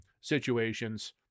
situations